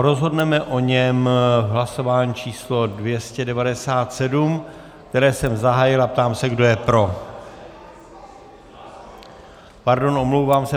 Rozhodneme o něm v hlasování číslo 297, které jsem zahájil, a ptám se, kdo je pro... Pardon, omlouvám se.